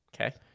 Okay